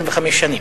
25 שנים,